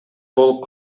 болуп